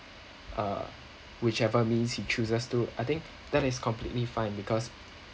uh whichever means he chooses to I think that is completely fine because